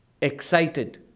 excited